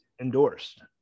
endorsed